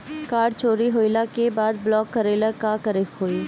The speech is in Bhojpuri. कार्ड चोरी होइला के बाद ब्लॉक करेला का करे के होई?